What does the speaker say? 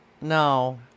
No